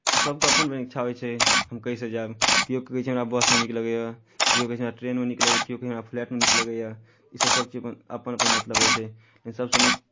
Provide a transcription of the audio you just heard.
सभकेँ अपन अपन इच्छा होइ छै हम केहिसँ जायब केओ कहै छै हमरा बसमे नीक लगैए केओ कहै छै हमरा ट्रेनमे नीक लगैए केओ कहय हमरा फ्लाइटमे नीक लगैए इसभ सभ चीज अपन अपन अपन मतलब रहै छै लेकिन सभसँ नीक